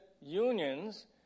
unions